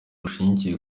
rushinzwe